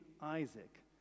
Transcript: Isaac